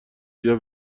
بیا